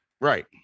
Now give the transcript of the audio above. Right